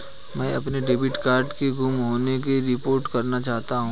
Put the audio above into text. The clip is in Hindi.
मैं अपने डेबिट कार्ड के गुम होने की रिपोर्ट करना चाहती हूँ